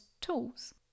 tools